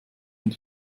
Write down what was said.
und